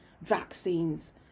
vaccines